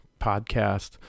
podcast